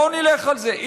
בואו נלך על זה,